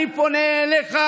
אני פונה אליך,